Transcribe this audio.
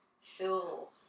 fill